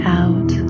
out